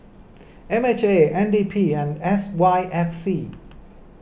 M H A N D P and S Y F C